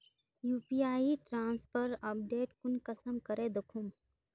UPI transfer update कुंसम करे दखुम?